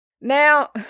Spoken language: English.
Now